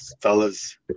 fellas